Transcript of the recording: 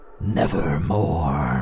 nevermore